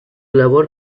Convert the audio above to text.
labor